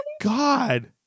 God